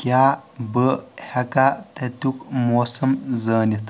کیاہ بہٕ ہیٚکا تَتِیُک موسَم زٲنِتھ